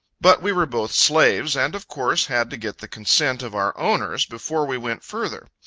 but we were both slaves, and of course had to get the consent of our owners, before we went further.